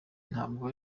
ntabwo